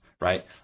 Right